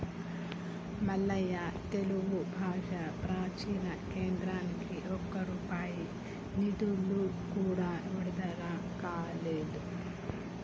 మల్లయ్య తెలుగు భాష ప్రాచీన కేంద్రానికి ఒక్క రూపాయి నిధులు కూడా విడుదల కాలేదు